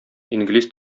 инглиз